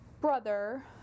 brother